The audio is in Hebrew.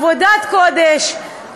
עבודת קודש,